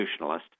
institutionalist